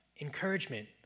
encouragement